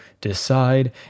decide